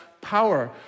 power